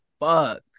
fucked